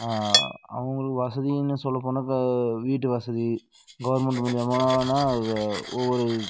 அவங்களுக்கு வசதின்னு சொல்லப்போனால் இப்போ வீட்டு வசதி கவர்மெண்ட் மூலிமானா ஒவ்வொரு